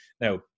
Now